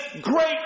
great